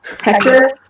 hector